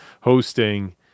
hosting